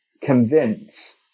convince